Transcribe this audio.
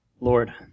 Lord